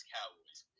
Cowboys